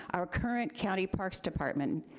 our current county parks department,